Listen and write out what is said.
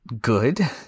good